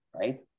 right